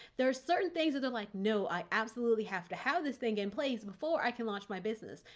there are certain things that are like, no, i absolutely have to have this thing in place before i can launch my business.